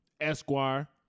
Esquire